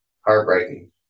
Heartbreaking